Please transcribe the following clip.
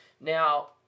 Now